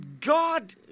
God